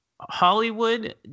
Hollywood